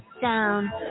down